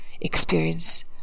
experience